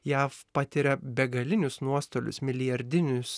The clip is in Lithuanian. jav patiria begalinius nuostolius milijardinius